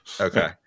Okay